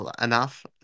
enough